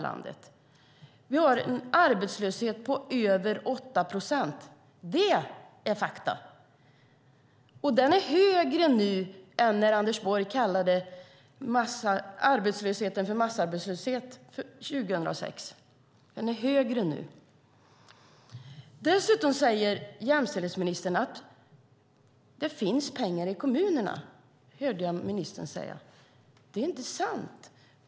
Vi har en arbetslöshet på över 8 procent. Det är fakta. Den är högre nu än när Anders Borg kallade arbetslösheten för massarbetslöshet 2006. Dessutom hörde jag jämställdhetsministern säga att det finns pengar i kommunerna. Det är inte sant.